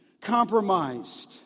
compromised